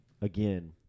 again